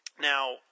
Now